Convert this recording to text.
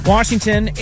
Washington